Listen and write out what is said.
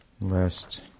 Last